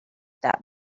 that